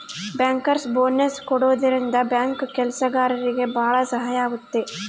bankers bonus ಕೊಡೋದ್ರಿಂದ bank ಕೆಲ್ಸಗಾರ್ರಿಗೆ ಭಾಳ ಸಹಾಯ ಆಗುತ್ತೆ